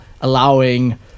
allowing